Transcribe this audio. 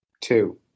Two